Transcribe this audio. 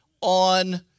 on